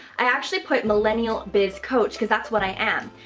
i actually put millennial biz coach because that's what i am.